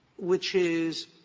which is,